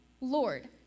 Lord